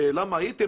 למה הייתם?